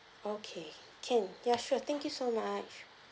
okay can ya sure thank you so much